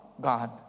God